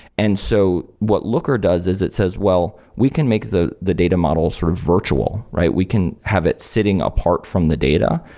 and so what looker does is it says, well, we can make the the data model sort of virtual, right? we can have it sitting apart from the data,